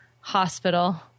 hospital